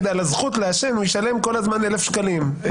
לזכות לעשן הוא ישלם כל הזמן 1,000 שקלים,